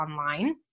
online